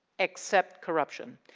except corruption.